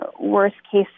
worst-case